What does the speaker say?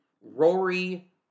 Rory